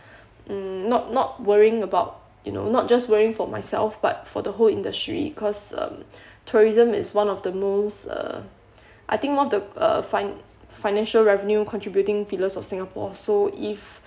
mm not not worrying about you know not just worrying for myself but for the whole industry cause um tourism is one of the most uh I think of the uh fin~ financial revenue contributing pillars of Singapore so if